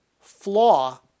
flaw